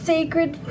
Sacred